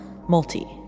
multi